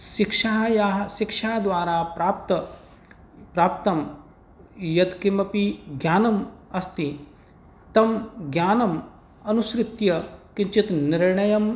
शिक्षायाः शिक्षाद्वार प्राप्तं यत् किमपि ज्ञानम् अस्ति तं ज्ञानम् अनुसृत्य किञ्चित् निर्णयम्